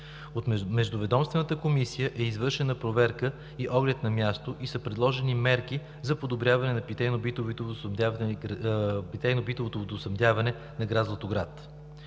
От Междуведомствената комисия е извършена проверка и оглед на място и са предложени мерки за подобряване на питейно битовото водоснабдяване на град Златоград.